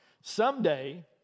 Someday